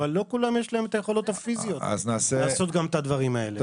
אבל לא לכולם יש את היכולות הפיזיות לעשות גם את הדברים האלה.